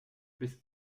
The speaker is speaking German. bis